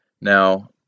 Now